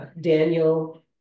Daniel